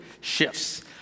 shifts